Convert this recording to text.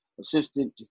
assistant